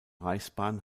reichsbahn